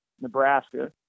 Nebraska